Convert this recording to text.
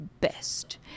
best